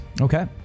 Okay